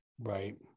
Right